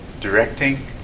Directing